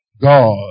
God